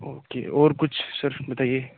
okay और कुछ sir बताइए